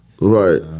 Right